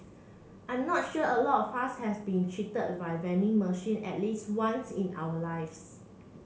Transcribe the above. I'm not sure a lot of us has been cheated vending machine at least once in our lives